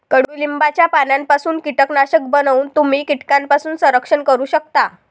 कडुलिंबाच्या पानांपासून कीटकनाशक बनवून तुम्ही कीटकांपासून संरक्षण करू शकता